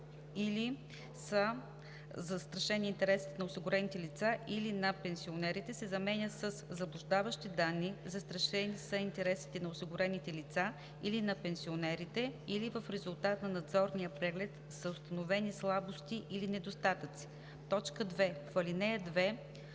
или са застрашени интересите на осигурените лица, или на пенсионерите“ се заменят със „заблуждаващи данни, застрашени са интересите на осигурените лица или на пенсионерите, или в резултат на надзорния преглед са установени слабости или недостатъци“. 2. В ал. 2: